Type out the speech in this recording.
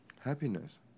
Happiness